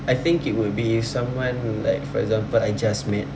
I think it would be if someone like for example I just met